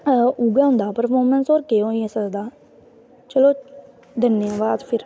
हां उ'ऐ होंदा परफार्म होर केह् होई सकदा चलो धन्नवाद फिर